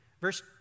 verse